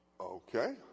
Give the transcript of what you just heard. Okay